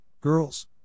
Girls